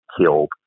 killed